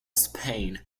spain